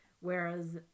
Whereas